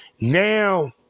now